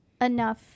enough